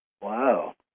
Wow